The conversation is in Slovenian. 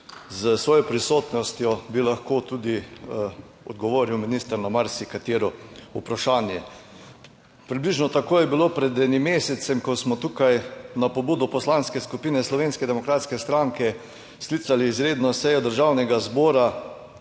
s svojo prisotnostjo bi lahko odgovoril minister na marsikatero vprašanje. Približno tako je bilo pred enim mesecem, ko smo tukaj na pobudo Poslanske skupine Slovenske demokratske stranke sklicali izredno sejo Državnega zbora,